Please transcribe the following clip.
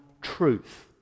truth